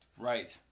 Right